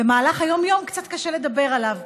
במהלך היום-יום קצת קשה לדבר עליו,